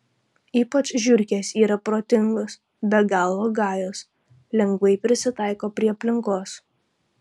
ypač žiurkės yra protingos be galo gajos lengvai prisitaiko prie aplinkos